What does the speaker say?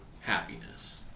happiness